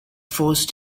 force